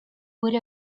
would